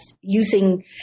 using